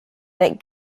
that